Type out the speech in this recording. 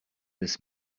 this